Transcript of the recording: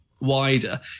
wider